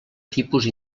tipus